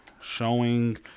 showing